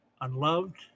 Unloved